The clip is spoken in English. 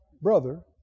brother